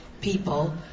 people